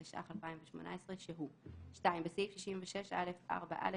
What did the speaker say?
התשע"ח-2018 שהוא"; (2)בסעיף 66א(4)(א),